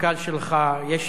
יש התכתבויות,